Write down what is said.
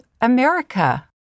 America